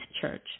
church